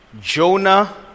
Jonah